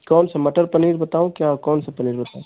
कौन से मटर पनीर बताऊँ क्या कौन से पनीर बताऊँ